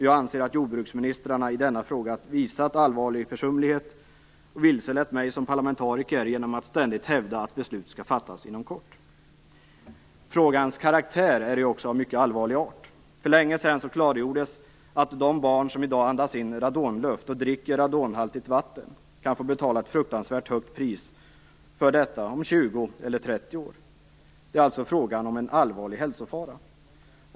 Jag anser att jordbruksministrarna i denna fråga visat allvarlig försumlighet och vilselett mig som parlamentariker genom att ständigt hävda att beslut skall fattas inom kort. Frågans karaktär är ju också av mycket allvarlig art. För länge sedan klargjordes att de barn som i dag andas in radonluft och dricker radonhaltigt vatten kan få betala ett fruktansvärt högt pris för detta om 20 eller 30 år. Det är alltså frågan om en allvarlig hälsofara.